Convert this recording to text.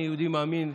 אני יהודי מאמין,